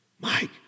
Mike